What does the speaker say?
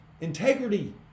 integrity